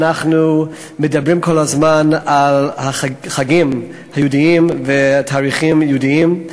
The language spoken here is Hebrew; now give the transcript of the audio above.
אנחנו מדברים כל הזמן על החגים היהודיים והתאריכים היהודיים,